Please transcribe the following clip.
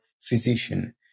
physician